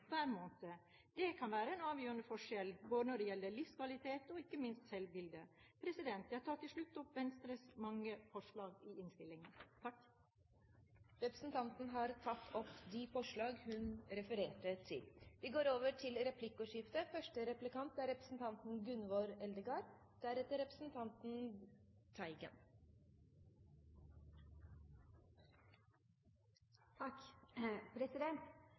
hver måned. Det kan være en avgjørende forskjell når det gjelder livskvalitet og ikke minst selvbildet. Jeg tar til slutt opp Venstres mange forslag i innstillingene. Representanten Borghild Tenden har tatt opp de forslag hun refererte til. Det blir replikkordskifte.